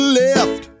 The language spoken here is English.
left